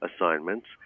assignments